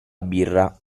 birra